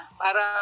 para